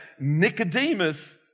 Nicodemus